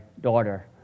daughter